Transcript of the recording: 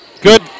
Good